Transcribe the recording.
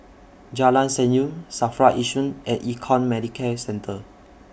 Jalan Senyum SAFRA Yishun and Econ Medicare Centre